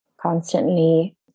constantly